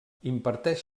imparteix